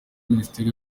minisiteri